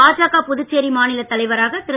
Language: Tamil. பாஜக புதுச்சேரி மாநிலத் தலைவராக திரு